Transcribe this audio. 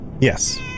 Yes